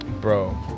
Bro